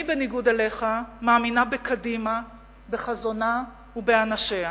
אני, בניגוד אליך, מאמינה בקדימה, בחזונה ובאנשיה.